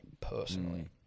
personally